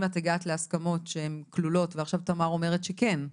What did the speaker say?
אם את הגעת להסכמות שהן כלולות ועכשיו תמר אומרת שכן,